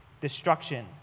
destruction